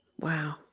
Wow